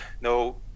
no